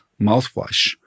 mouthwash